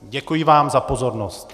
Děkuji vám za pozornost.